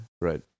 right